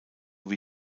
wie